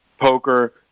poker